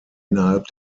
innerhalb